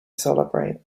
celebrate